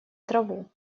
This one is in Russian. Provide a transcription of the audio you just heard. траву